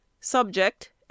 Subject